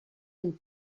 and